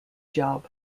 job